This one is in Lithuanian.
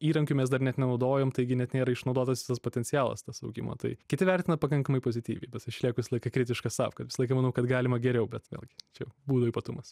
įrankių mes dar net nenaudojom taigi net nėra išnaudotas tas potencialas tas augimo tai kiti vertina pakankamai pozityviai bet išlieku visąlaik kritiškas sau kad visą laiką manau kad galima geriau bet vėlgi čia būdo ypatumas